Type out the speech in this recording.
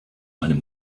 einem